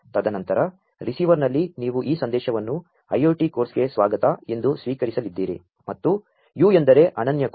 ತದನಂ ತರ ರಿಸೀ ವರ್ನಲ್ಲಿ ನೀ ವು ಈ ಸಂ ದೇ ಶವನ್ನು IoT ಕೋ ರ್ಸ್ ಗೆ ಸ್ವಾ ಗತ ಎಂ ದು ಸ್ವೀ ಕರಿಸಲಿದ್ದೀ ರಿ ಮತ್ತು u ಎಂ ದರೆ ಅನನ್ಯ ಕೋ ಡ್